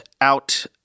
out